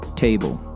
table